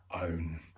own